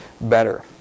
better